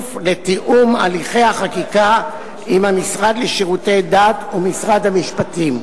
בכפוף לתיאום הליכי החקיקה עם המשרד לשירותי דת ומשרד המשפטים.